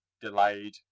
delayed